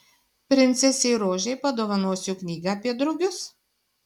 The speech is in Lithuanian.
princesei rožei padovanosiu knygą apie drugius